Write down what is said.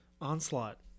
Onslaught